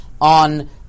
on